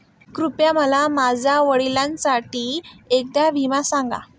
कृपया मला माझ्या वडिलांसाठी एखादा विमा सांगा